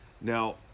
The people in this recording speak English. Now